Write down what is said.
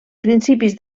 principis